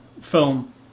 film